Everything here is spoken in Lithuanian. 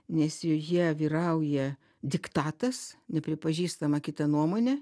nes joje vyrauja diktatas nepripažįstama kita nuomonė